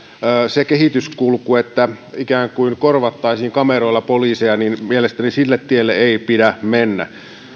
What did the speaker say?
siihen kehityskulkuun sille tielle että ikään kuin korvattaisiin kameroilla poliiseja ei mielestäni pidä mennä